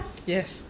yes